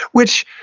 which